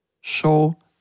Show